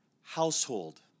household